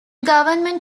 government